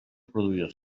produir